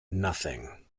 nothing